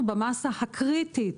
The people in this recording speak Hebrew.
אנחנו במאסה הקריטית